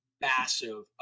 massive